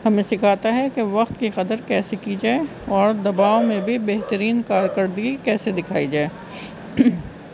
ہمیں سکھاتا ہے کہ وقت کی قدر کیسے کی جائے اور دباؤں میں بھی بہترین کار کر بھی کیسے دکھائی جائے